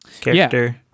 character